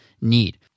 need